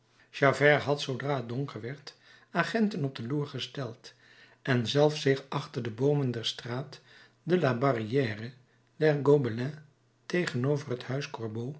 javert had zoodra het donker werd agenten op de loer gesteld en zelf zich achter de boomen der straat de la barrière der gobelins tegenover het huis